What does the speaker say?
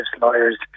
lawyers